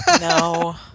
No